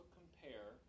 compare